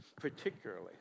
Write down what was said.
particularly